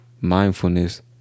Mindfulness